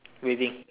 waving